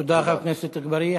תודה, חבר הכנסת אגבאריה.